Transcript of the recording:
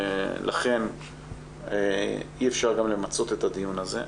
לכן אי אפשר גם למצות את הדיון הזה.